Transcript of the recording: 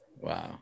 wow